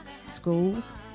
schools